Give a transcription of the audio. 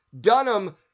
Dunham